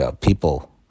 people